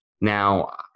Now